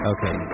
Okay